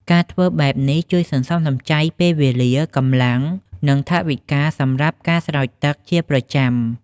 ការធ្វើបែបនេះជួយសន្សំសំចៃពេលវេលា កម្លាំង និងថវិកាសម្រាប់ការស្រោចទឹកជាប្រចាំ។